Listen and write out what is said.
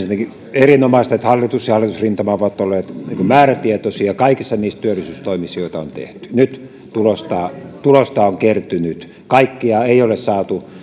erinomaista että hallitus ja hallitusrintama ovat olleet määrätietoisia kaikissa niissä työllisyystoimissa mitä on tehty nyt tulosta tulosta on kertynyt kaikkea ei ole saatu